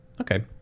Okay